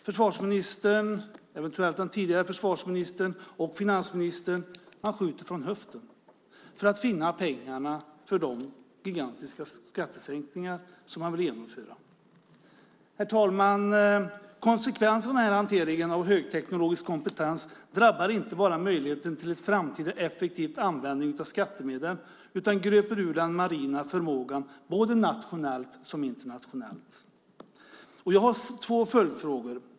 Försvarsministern, eventuellt den tidigare försvarsministern, och finansministern skjuter från höften för att finna pengar till de gigantiska skattesänkningar som man vill genomföra. Herr talman! Konsekvensen av den här hanteringen av högteknologisk kompetens drabbar inte bara möjligheten till en framtida effektiv användning av skattemedel utan gröper också ur den marina förmågan såväl nationellt som internationellt. Jag har några följdfrågor.